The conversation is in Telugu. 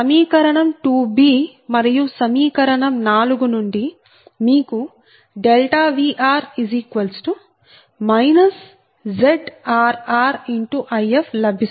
సమీకరణం 2b మరియు సమీకరణం 4 నుండి మీకు Vr ZrrIf లభిస్తుంది